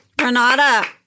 Renata